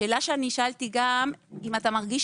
השאלה ששאלתי היא: האם אתה מרגיש,